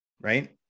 right